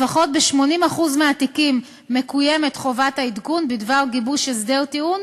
לפחות ב-80% מהתיקים מקוימת חובת העדכון בדבר גיבוש הסדר טיעון